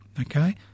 Okay